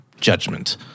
judgment